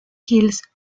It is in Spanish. hills